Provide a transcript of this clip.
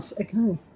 Okay